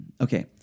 Okay